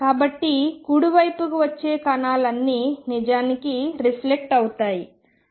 కాబట్టి కుడి వైపు కు వచ్చే కణాలు అన్నీ నిజానికి రిఫ్లెక్ట్ ప్రతిభింబిస్తాయి అవుతాయి